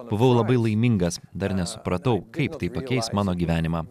buvau labai laimingas dar nesupratau kaip tai pakeis mano gyvenimą